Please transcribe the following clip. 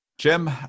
Jim